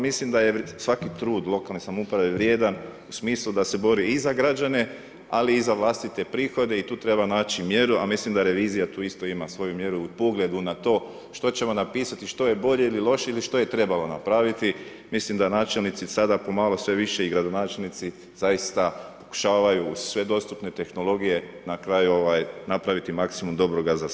Mislim da je svaki trud lokalne samouprave vrijedan u smislu da se bori i za građane, ali i za vlastite prihode i tu treba naći mjeru, a mislim da revizija tu isto ima svoju mjeru u pogledu na to što ćemo napisati, što je bolje ili lošije ili što je trebalo napraviti, mislim da načelnici sada pomalo sve više i gradonačelnici zaista pokušavaju uz sve dostupne tehnologije na kraju napraviti maksimum dobroga za svih.